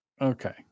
Okay